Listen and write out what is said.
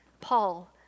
paul